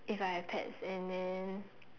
if I have pets and then